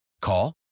Call